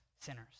sinners